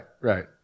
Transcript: right